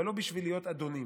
אבל לא בשביל להיות אדונים.